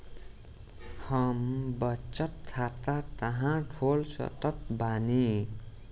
हम बचत खाता कहां खोल सकत बानी?